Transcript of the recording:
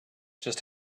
just